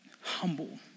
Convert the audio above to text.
Humble